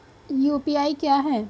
UPI क्या है?